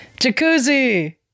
jacuzzi